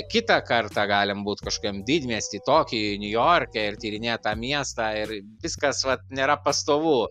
kitą kartą galim būt kažkokiam didmiesty tokijuj niujorke ir tyrinėt tą miestą ir viskas vat nėra pastovu